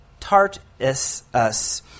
Tartus